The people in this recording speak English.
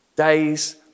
days